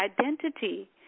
identity